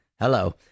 hello